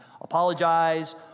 apologize